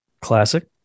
classic